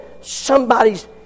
somebody's